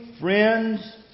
friends